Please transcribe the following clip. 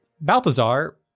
Balthazar